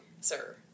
sir